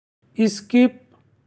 skip